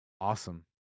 awesome